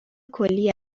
کلی